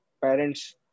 parents